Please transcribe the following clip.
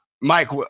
Mike